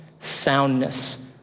soundness